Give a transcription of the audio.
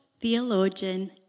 theologian